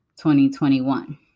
2021